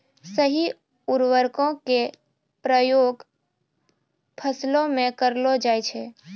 सही उर्वरको क उपयोग फसलो म करलो जाय छै